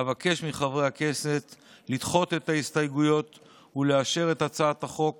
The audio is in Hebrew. אבקש מחברי הכנסת לדחות את ההסתייגויות לאשר את הצעת החוק